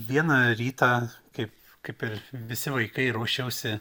vieną rytą kaip kaip ir visi vaikai ruošiausi